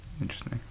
Interesting